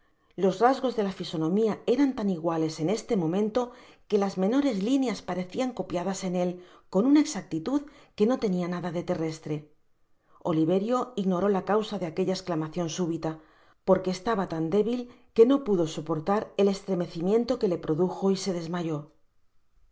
los rasgos de la fisonomia eran tan iguales en este momento que las menores lineas parecian copiadas en él con una exactitud que no tenia nada de terrestre oliverio ignoró la causa de aquella esclamacion súbita porque estaba tan débil que no pudo suportar el estremecimiento que le produjo y se desmayó